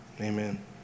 Amen